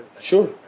Sure